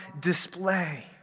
display